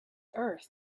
earth